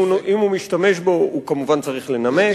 אם הוא משתמש בו, הוא כמובן צריך לנמק.